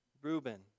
Reuben